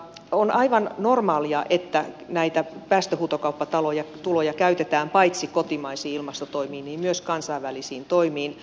on aivan normaalia että näitä päästöhuutokauppatuloja käytetään paitsi kotimaisiin ilmastotoimiin myös kansainvälisiin toimiin